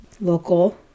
Local